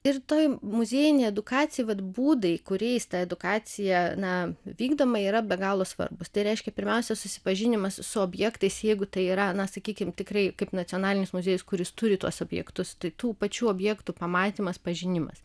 ir ta muziejinė edukacija vat būdai kuriais ta edukacija na vykdoma yra be galo svarbūs tai reiškia pirmiausia susipažinimas su objektais jeigu tai yra na sakykim tikrai kaip nacionalinis muziejus kuris turi tuos objektus tai tų pačių objektų pamatymas pažinimas